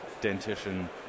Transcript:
dentition